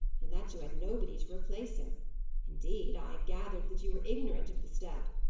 and that you had nobody to replace him indeed, i gathered that you were ignorant of the step,